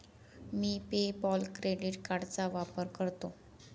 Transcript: मी PayPal credit कार्डचा वापर करतो